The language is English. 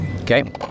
okay